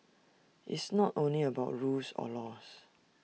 it's not only about rules or laws